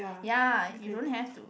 ya you don't have to